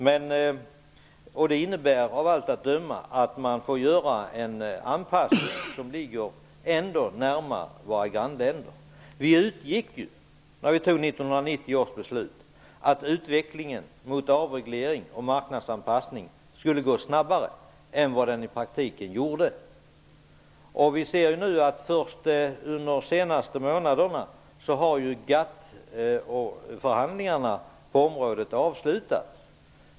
Det innebär av allt att döma att vi får anpassa oss, så att vi kommer närmare våra grannländer. När vi fattade 1990 års beslut utgick vi från att utvecklingen mot avreglering och marknadsanpassning skulle gå snabbare än vad det i praktiken gjorde. Vi ser nu att GATT förhandlingarna på detta område först under de senaste månaderna har avslutats.